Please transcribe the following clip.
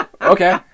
Okay